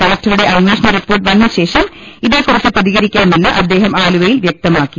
കലക്ടറുടെ അന്വേ ഷണ റിപ്പോർട്ട് വന്ന ശേഷം ഇതേ കുറിച്ച് പ്രതികരിക്കാമെന്ന് അദ്ദേഹം ആലുവയിൽ വ്യക്തമാക്കി